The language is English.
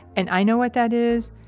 and i know what that is,